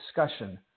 discussion